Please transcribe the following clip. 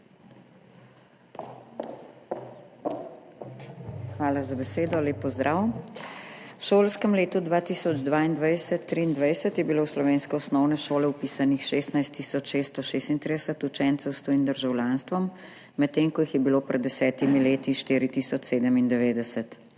Hvala za besedo. Lep pozdrav! V šolskem letu 2022/2023 je bilo v slovenske osnovne šole vpisanih 16 tisoč 636 učencev s tujim državljanstvom, medtem ko jih je bilo pred desetimi leti štiri